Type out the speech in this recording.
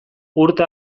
urte